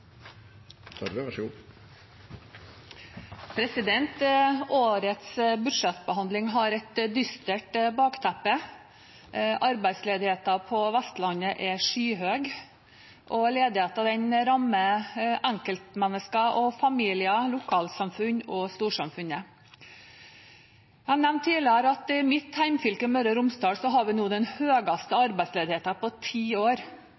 og ledigheten rammer enkeltmennesker og familier, lokalsamfunn og storsamfunnet. Jeg nevnte tidligere at i mitt hjemfylke, Møre og Romsdal, har vi nå den høyeste arbeidsledigheten på ti år.